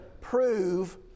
prove